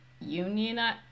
Union